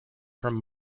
from